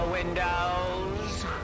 windows